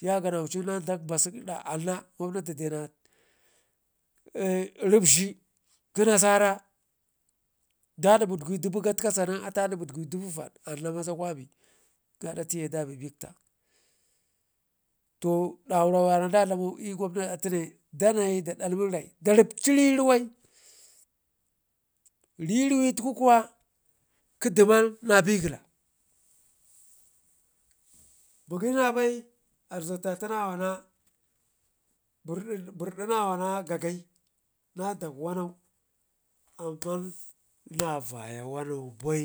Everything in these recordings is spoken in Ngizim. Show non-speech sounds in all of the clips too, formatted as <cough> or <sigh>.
yaganancin na dak ba sukda anna gwamnati dena <hesitation> ribghi kə nasara da dibit gun i'dubu gatkasanen atu a debidku i'dubu vad anna kwami gaada tiye dabe bikta, to daura warra da dlam mau i'gwana atune danai da dlami rai da ripci ruwai rii riwe tuku kuwakə deman na begale mu gəyi nabai arzuke tuna wa na burdi nawa na gagai na dak wanau, amman na vayan wano bai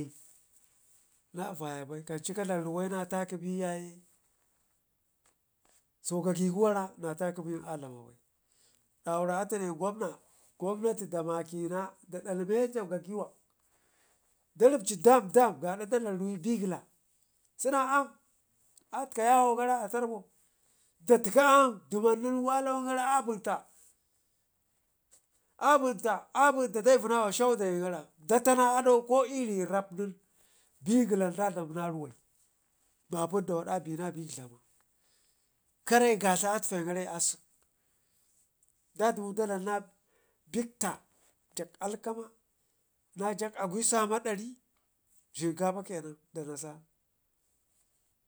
nava ya bai kanci ka dlam ruwai na tako be yaye gagəguwara na ta kə benen a dlama bai daura atune gwanati da makəna da dlalmeja gagəwak, da ripci damdam gaada da dlam ruwe begəla se na aam at ka yawo gara a tarbo dadge aam kwalawan gara a benta a benta a benta daivinawa shau da yənkara datana adau gara ko iri rap nen begəla da dlam na ruwai mapundawad abina ɗikdlama kare gadla atfan gare asek dadimu da dlamna bəkta jak alkama na jak agwe samadari shinkafa kenan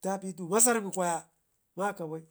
da bedu masarmi kwaya make bai,